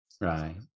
Right